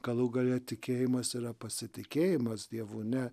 galų gale tikėjimas yra pasitikėjimas dievu ne